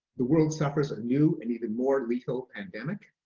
the world suffers a new and even more lethal pandemic.